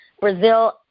Brazil